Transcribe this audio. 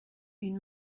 une